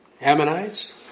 Ammonites